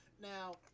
Now